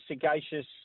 Sagacious